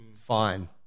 fine